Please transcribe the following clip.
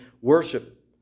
worship